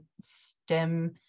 stem